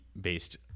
based